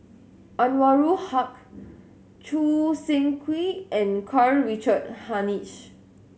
Anwarul Haque Choo Seng Quee and Karl Richard Hanitsch